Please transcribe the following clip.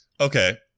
Okay